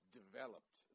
developed